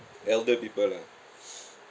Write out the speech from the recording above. elder people lah